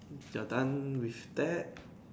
you are done with that